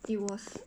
mm